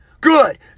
Good